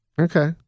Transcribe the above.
Okay